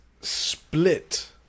split